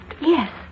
Yes